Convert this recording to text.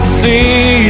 see